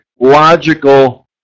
logical